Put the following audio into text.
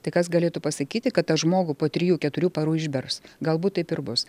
tai kas galėtų pasakyti kad tą žmogų po trijų keturių parų išbers galbūt taip ir bus